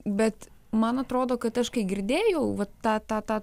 bet man atrodo kad aš kai girdėjau va tą tą tą